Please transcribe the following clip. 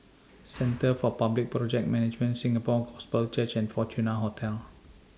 Centre For Public Project Management Singapore Gospel Church and Fortuna Hotel